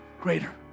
Greater